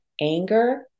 anger